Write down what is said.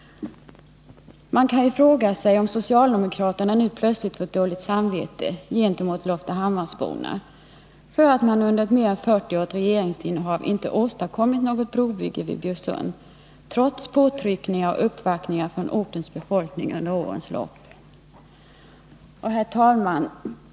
Man kan ju fråga sig om socialdemokraterna nu plötsligt har fått dåligt samvete gentemot loftahammarsborna för att de under ett mer än 40-årigt regeringsinnehav inte åstadkommit något brobygge vid Bjursund, trots påtryckningar och uppvaktningar från ortens befolkning under årens lopp. Herr talman!